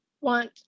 want